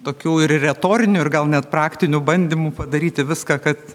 tokių ir retorinių ir gal net praktinių bandymų padaryti viską kad